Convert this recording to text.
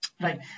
right